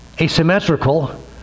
asymmetrical